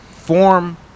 form